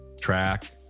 track